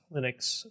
Linux